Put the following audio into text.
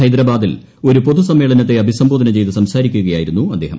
ഹൈദരാബാദിൽ ഒരുക്ടിപ്പാതു സമ്മേളനത്തെ അഭിസംബോധന ചെയ്ത് സംസാരിക്കുകിയായിരുന്നു അദ്ദേഹം